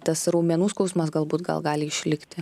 tas raumenų skausmas galbūt gal gali išlikti